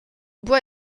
bois